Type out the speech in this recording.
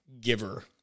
giver